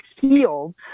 healed